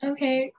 Okay